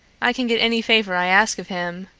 i can get any favor i ask of him.